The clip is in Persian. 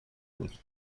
بود